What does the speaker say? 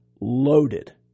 loaded